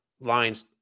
lines